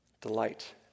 delight